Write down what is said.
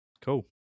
Cool